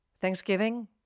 Thanksgiving